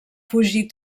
fugir